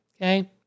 okay